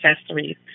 accessories